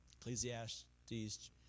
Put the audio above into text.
Ecclesiastes